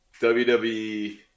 WWE